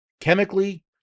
Chemically